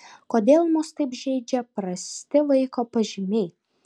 kodėl mus taip žeidžia prasti vaiko pažymiai